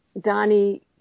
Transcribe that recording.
Donnie